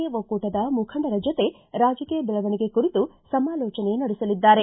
A ಒಕ್ಕೂಟದ ಮುಖಂಡರ ಜೊತೆ ರಾಜಕೀಯ ಬೆಳವಣಿಗೆ ಕುರಿತು ಸಮಾಲೋಚನೆ ನಡೆಸಲಿದ್ದಾರೆ